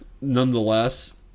nonetheless